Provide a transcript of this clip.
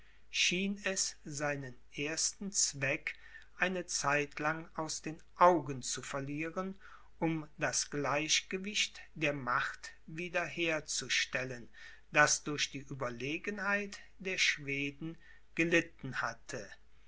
schien es seinen ersten zweck eine zeit lang aus den augen zu verlieren um das gleichgewicht der macht wieder herzustellen das durch die ueberlegenheit der schweden gelitten hatte